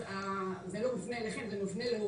אז זה לא מופנה אליכם אלא אל חברת